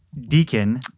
Deacon